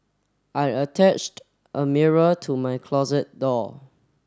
I attached a mirror to my closet door